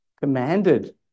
commanded